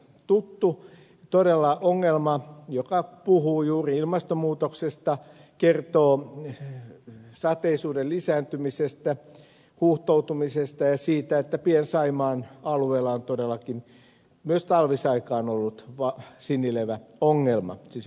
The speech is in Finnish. anneli kiljusen kanssa todella tuttu ongelma joka puhuu juuri ilmastonmuutoksesta kertoo sateisuuden lisääntymisestä huuhtoutumisesta ja siitä että pien saimaan alueella on todellakin myös talvisaikaan ollut sinileväongelma siis rehevöityminen ongelmana